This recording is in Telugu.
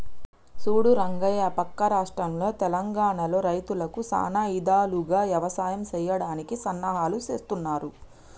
సూడు రంగయ్య పక్క రాష్ట్రంలో తెలంగానలో రైతులకు సానా ఇధాలుగా యవసాయం సెయ్యడానికి సన్నాహాలు సేస్తున్నారు